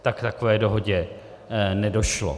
A k takové dohodě nedošlo.